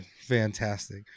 fantastic